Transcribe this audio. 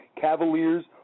Cavaliers